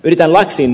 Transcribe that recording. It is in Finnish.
yritän ed